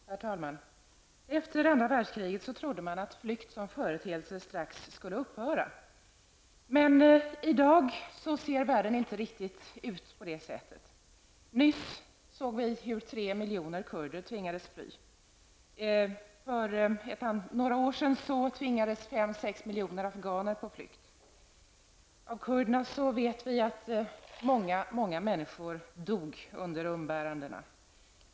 Herr talman! Efter andra världskriget trodde man att flykt som företeelse strax skulle upphöra. Men världen ser i dag inte ut på det sättet. Vi såg nyss hur tre miljoner kurder tvingades fly. För några år sedan tvingades 5--6 miljoner afganer på flykt. Vi vet att att många kurder dog under umbärandena.